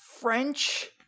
French